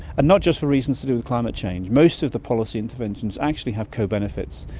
and not just for reasons to do with climate change. most of the policy interventions actually have co-benefits.